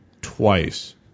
twice